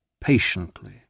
patiently